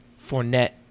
Fournette